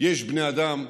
יש בני אדם.